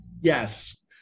Yes